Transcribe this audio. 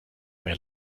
mehr